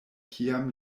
kiam